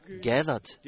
gathered